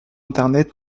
internet